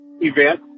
event